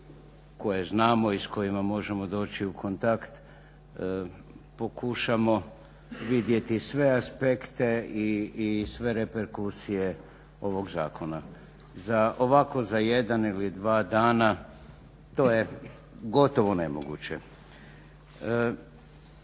koje znamo i sa kojima možemo doći u kontakt pokušamo vidjeti sve aspekte i sve reperkusije ovog zakona. Ovako za jedan ili dva dana to je gotovo nemoguće.